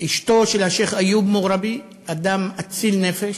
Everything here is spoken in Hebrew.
אשתו של השיח' איוב מוגרבי, אדם אציל נפש,